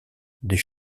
des